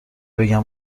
بگم